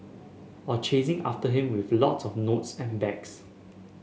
or chasing after him with lots of notes and bags